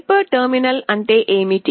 hyper terminal అంటే ఏమిటి